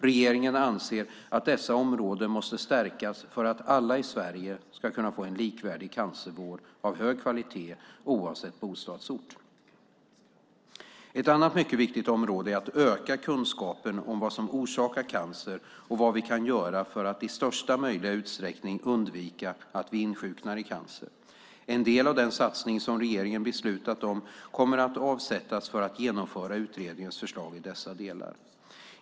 Regeringen anser att dessa områden måste stärkas för att alla i Sverige ska kunna få en likvärdig cancervård av hög kvalitet oavsett bostadsort. Ett annat mycket viktigt område är att öka kunskapen om vad som orsakar cancer och vad vi kan göra för att i största möjliga utsträckning undvika att vi insjuknar i cancer. En del av den satsning som regeringen beslutat om kommer att avsättas för att genomföra utredningens förslag i dessa delar.